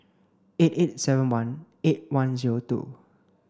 eight eight seven one eight one zero two